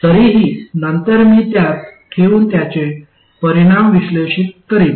तरीही नंतर मी त्यात ठेऊन त्याचे परिणाम विश्लेषित करीन